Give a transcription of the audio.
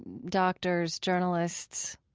doctors, journalists